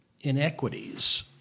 inequities